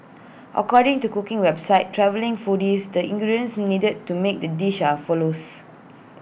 according to cooking website travelling foodies the ingredients needed to make the dish are follows